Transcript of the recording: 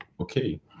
okay